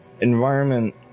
environment